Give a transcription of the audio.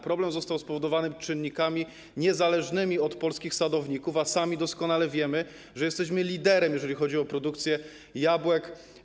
Problem został spowodowany czynnikami niezależnymi od polskich sadowników, a sami doskonale wiemy, że jesteśmy liderem w Europie, jeżeli chodzi o produkcję jabłek.